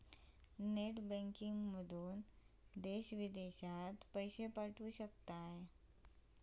net बँकिंगमधना देश विदेशात पैशे पाठवू शकतास